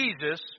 Jesus